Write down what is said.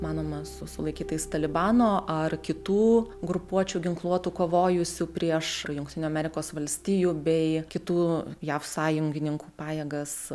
manoma su sulaikytais talibano ar kitų grupuočių ginkluotų kovojusių prieš jungtinių amerikos valstijų bei kitų jav sąjungininkų pajėgas